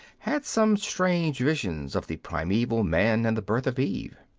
had some strange visions of the primeval man and the birth of eve.